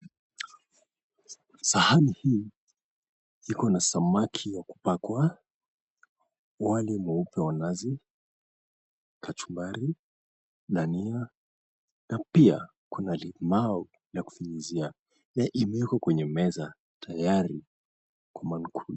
Sahani hii iko na samaki wa kupakwa, wali mweupe wa nazi, kachumbari, dhania na pia kuna limau ya kufinyizia na imewekwa kwenye meza tayari kwa mankuli.